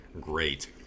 Great